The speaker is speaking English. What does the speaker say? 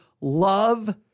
love